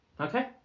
Okay